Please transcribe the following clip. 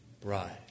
bride